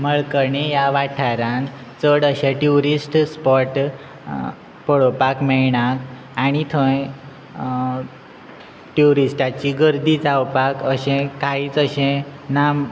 मळकणी ह्या वाठारांत चड अशे ट्युरिस्ट स्पॉट पळोवपाक मेळना आनी थंय ट्युरिस्टांची गर्दी जावपाक अशें कांयच अशें ना